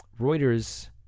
Reuters